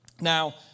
Now